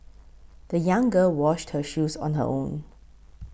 the young girl washed her shoes on her own